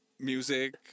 music